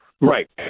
Right